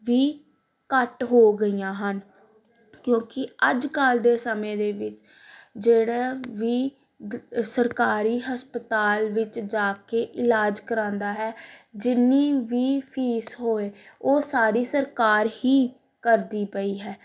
ਵੀ ਘੱਟ ਹੋ ਗਈਆਂ ਹਨ ਕਿਉਂਕਿ ਅੱਜ ਕੱਲ ਦੇ ਸਮੇਂ ਦੇ ਵਿੱਚ ਜਿਹੜਾ ਵੀ ਸਰਕਾਰੀ ਹਸਪਤਾਲ ਵਿੱਚ ਜਾ ਕੇ ਇਲਾਜ ਕਰਵਾਉਂਦਾ ਹੈ ਜਿੰਨੀ ਵੀ ਫੀਸ ਹੋਏ ਉਹ ਸਾਰੀ ਸਰਕਾਰ ਹੀ ਕਰਦੀ ਪਈ ਹੈ